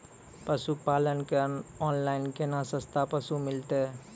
पशुपालक कऽ ऑनलाइन केना सस्ता पसु मिलतै?